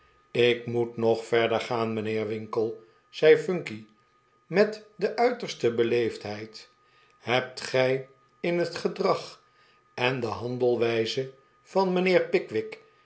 ik moet nog verder gaan mijnheer winkle zei phunky met de uiterste beleefdheid hebt gij in het gedrag en de handelwijze van mijnheer pickwick